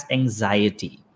anxiety